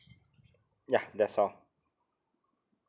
ya that's all